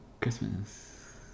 Christmas